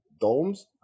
domes